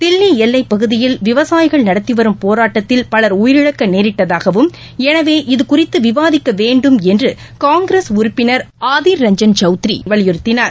தில்லி எல்லை பகுதியில் விவசாயிகள் நடத்தி வரும் போராட்டத்தில் பலர் உயிரிழக்க நேரிட்டதாகவும் எனவே இது குறித்து விவாதிக்க வேண்டும் என்று காய்கிரஸ் உறுப்பினர் ஆதிர்சஞ்சன் சவுத்திரி வலியுறுத்தினார்